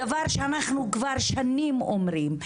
דבר שאנחנו כבר שנים אומרים.